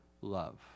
love